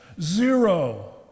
Zero